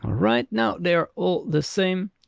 right now they're all the same.